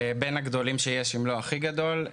הוא בין הגדולים שיש אם לא הכי גדול.